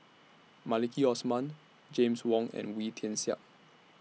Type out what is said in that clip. Maliki Osman James Wong and Wee Tian Siak